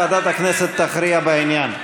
ועדת הכנסת תכריע בעניין.